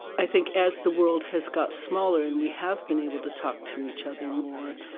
i think as the world has got smaller and we have been able to talk to each other more,